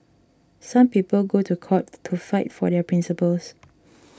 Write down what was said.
some people go to court to fight for their principles